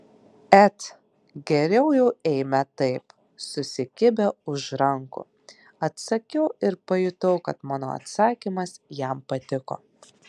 et geriau jau eime taip susikibę už rankų atsakiau ir pajutau kad mano atsakymas jam patiko